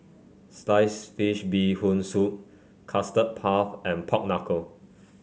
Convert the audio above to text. Sliced Fish Bee Hoon Soup Custard Puff and Pork Knuckle